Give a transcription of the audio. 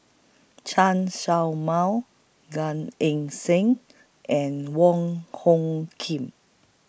Chen Show Mao Gan Eng Seng and Wong Hung Khim